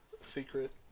secret